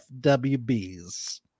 FWBs